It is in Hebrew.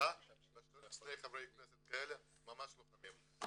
זכתה בשני חברי כנסת כאלה, ממש לוחמים.